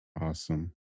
Awesome